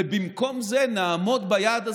ובמקום זה נעמוד ביעד הזה,